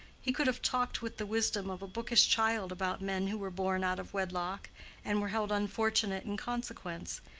he could have talked with the wisdom of a bookish child about men who were born out of wedlock and were held unfortunate in consequence,